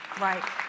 right